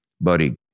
Buddy